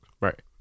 right